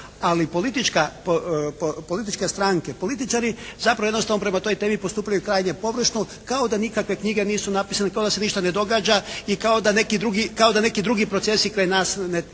ali političke stranke, političari zapravo jednostavno prema toj temi pristupaju krajnje pogrešno kao da nikakve knjige nisu napisane, kao da se ništa ne događa i kao da neki drugi procesi kraj nas ne